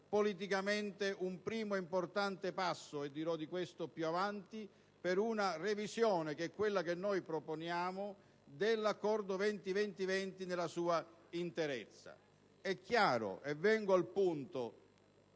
politicamente un primo importante passo - e dirò di questo più avanti - per una revisione, che è quella che noi proponiamo, dell'Accordo 20-20-20 nella sua interezza. Vengo al punto